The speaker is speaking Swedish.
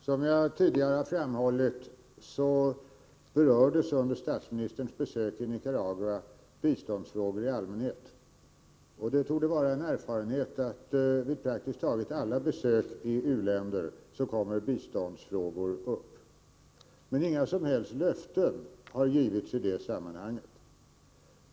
Herr talman! Som jag tidigare har framhållit berördes under statsministerns besök i Nicaragua biståndsfrågor i allmänhet. Det torde vara en erfarenhet att biståndsfrågor kommer upp vid praktiskt taget alla besök i u-länder. Men inga som helst löften har givits i det sammanhanget.